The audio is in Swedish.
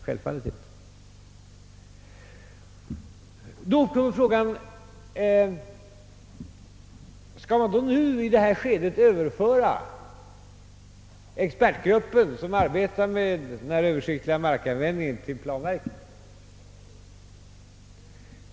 Då uppkommer frågan: Skall man nu i detta skede överföra expertgruppen, som arbetar med den här översiktliga markanvändningen, till planverket?